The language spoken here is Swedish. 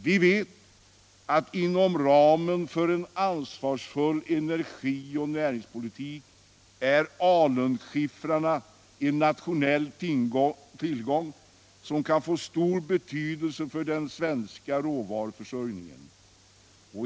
Vi vet att inom ramen för en ansvarsfull energioch näringspolitik är alunskiffern en nationell tillgång som kan få stor betydelse för den svenska råvaruförsörjningen.